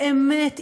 באמת,